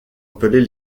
appelés